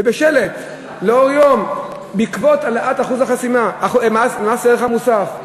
ובשלט לאור יום: בעקבות העלאת מס ערך מוסף ב-1%.